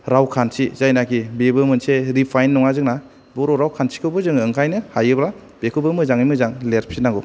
रावखान्थि जायनाखि बेबो मोनसे रिफाइन नङा जोंना बर' रावखान्थिखौबो जोङो ओंखायनो हायोबा बेखौबो मोजांयै मोजां लेरफिन नांगौ